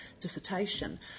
dissertation